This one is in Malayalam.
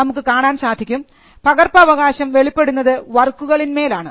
നമുക്ക് കാണാൻ സാധിക്കും പകർപ്പവകാശം വെളിപ്പെടുന്നത് വർക്കുകളിന്മേൽ ആണ്